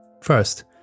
First